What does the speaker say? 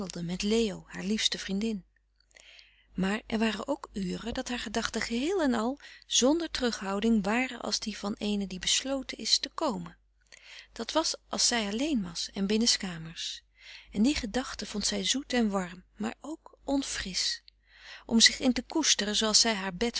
met leo haar liefste vriendin maar er waren ook uren dat haar gedachten geheel en al zonder terughouding waren als die van eene die besloten is te komen dat was als zij alleen was en binnenskamers en die gedachten vond zij zoet en warm maar ook onfrisch om zich in te koesteren zooals zij haar bed